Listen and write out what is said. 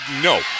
no